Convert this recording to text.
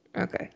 Okay